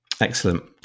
Excellent